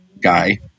guy